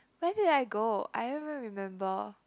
where did I go I don't even remember